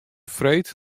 freed